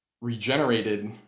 regenerated